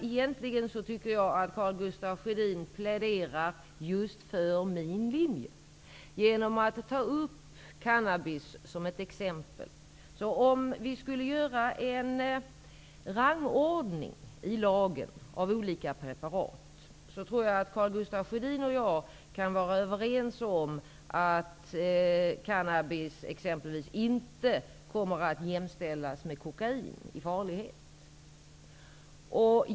Egentligen tycker jag att Karl Gustaf Sjödin just pläderar för min linje genom att ta upp cannabis som ett exempel. Om vi skulle göra en rangordning i lagen av olika preparat, tror jag att Karl Gustaf Sjödin och jag kan vara överens om att exempelvis cannabis inte skulle komma att jämställas med kokain i fråga om farlighet.